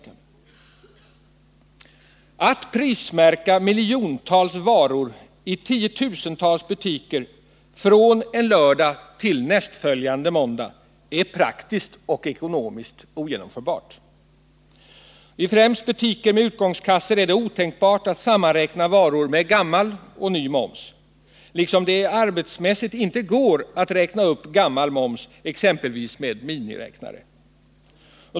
Att prismärka miljontals varor i tiotusentals butiker från en lördag till nästföljande måndag är praktiskt och ekonomiskt ogenomförbart. I främst butiker med utgångskassor är det otänkbart att sammanräkna varor med gammal och ny moms liksom det arbetsmässigt inte går att räkna upp gammal moms, exempelvis med miniräknare.